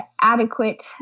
adequate